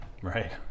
Right